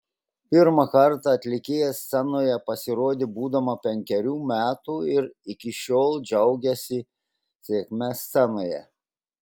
pirmą kartą atlikėja scenoje pasirodė būdama penkerių metų ir iki šiol džiaugiasi sėkme scenoje